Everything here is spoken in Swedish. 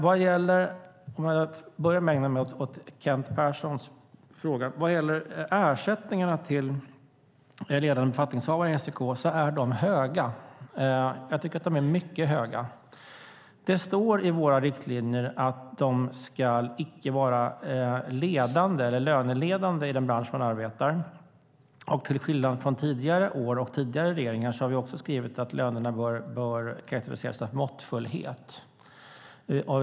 Om jag börjar ägna mig åt Kent Perssons fråga: Vad gäller ersättningarna till ledande befattningshavare inom SEK är de höga. Jag tycker att de är mycket höga. Det står i våra riktlinjer att de icke ska vara löneledande i den bransch där man arbetar, och till skillnad från tidigare år och tidigare regeringar har vi skrivit att lönerna bör karakteriseras av måttfullhet.